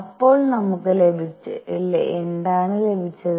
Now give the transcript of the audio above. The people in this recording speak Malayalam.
അപ്പോൾ നമുക്ക് എന്താണ് ലഭിച്ചത്